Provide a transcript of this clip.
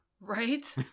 Right